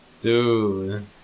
Dude